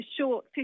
short